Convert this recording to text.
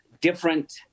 different